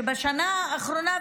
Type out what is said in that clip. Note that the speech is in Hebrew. שבשנה האחרונה,